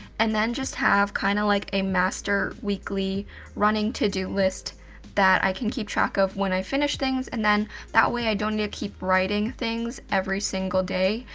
and then just have kind of like a master weekly running to do list that i can keep track of when i finish things, and then that way i don't need to keep writing things every single day,